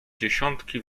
dziesiątki